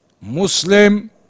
Muslim